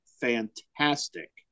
fantastic